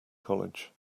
college